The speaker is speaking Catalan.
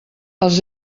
els